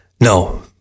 No